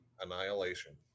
Annihilation